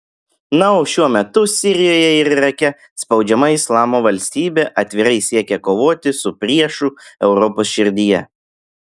na o šiuo metu sirijoje ir irake spaudžiama islamo valstybė atvirai siekia kovoti su priešu europos širdyje